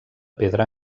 pedra